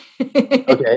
Okay